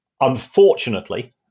unfortunately